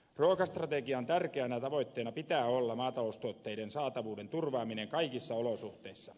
ruokastrategian tärkeänä tavoitteena pitää olla maataloustuotteiden saatavuuden turvaaminen kaikissa olosuhteissa